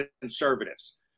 conservatives